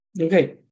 Okay